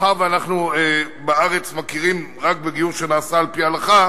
מאחר שאנחנו בארץ מכירים רק בגיור שנעשה על-פי ההלכה,